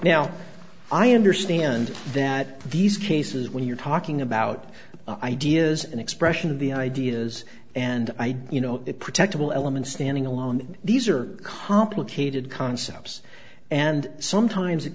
now i understand that these cases when you're talking about ideas and expression of the ideas and i you know it protectable element standing alone these are complicated concepts and sometimes it